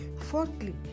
Fourthly